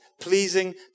pleasing